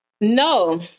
No